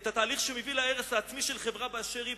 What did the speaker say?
מנתח את התהליך שמביא להרס העצמי של חברה באשר היא,